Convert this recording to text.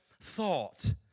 thought